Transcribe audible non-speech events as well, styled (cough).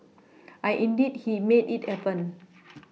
(noise) (noise) and indeed he made it happen (noise)